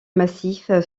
massif